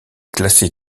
classé